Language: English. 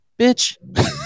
bitch